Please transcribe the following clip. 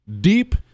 deep